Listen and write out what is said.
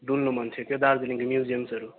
डुल्नु मन थियो त्यहाँ दार्जिलिङको म्युजियमहरू